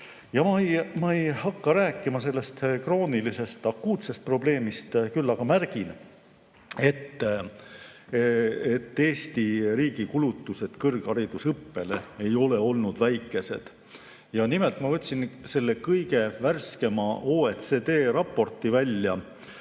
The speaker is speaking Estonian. Ma ei hakka rääkima kroonilisest akuutsest probleemist, küll aga märgin, et Eesti riigi kulutused kõrgharidusõppele ei ole olnud väikesed. Nimelt, ma võtsin välja kõige värskema OECD raporti